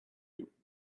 you